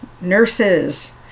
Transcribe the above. nurses